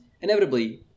inevitably